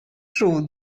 true